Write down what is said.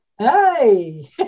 Hey